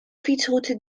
fietsroute